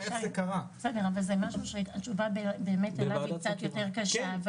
זה משהו שהתשובה אליו היא קצת יותר קשה.